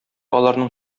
аларның